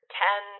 ten